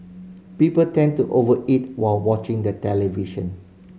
people tend to over eat while watching the television